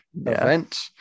event